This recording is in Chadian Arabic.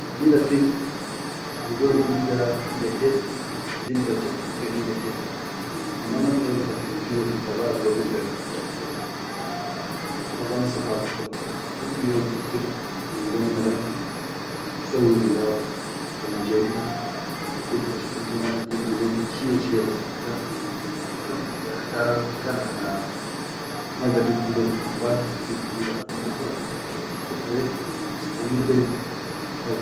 Indi rafig bidor bilga inda hel, jilda chat ilga inda hel, amma me biʼerfal kaifiyya al bitaba dugo bilga hel da, ha ana bansaha bekan kulliyom fajir kan gamma da isawwi riyada kan jari kan birfa sguqul ke ma tagil bilen shiya-shiya bas ibda, alyom kan jara sha bikan hana ma baʼid bilen ambakir izid buʼuda ambukura, haw asshuqul da ya iwaggifa istami beyya.